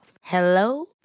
Hello